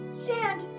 sand